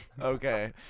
Okay